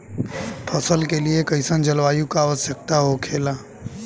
फसल के लिए कईसन जलवायु का आवश्यकता हो खेला?